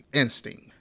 instinct